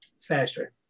faster